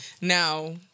Now